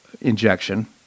injection